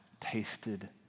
tasted